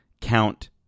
Count